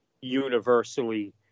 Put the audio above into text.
universally